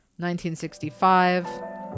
1965